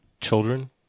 children